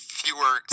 fewer